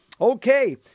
Okay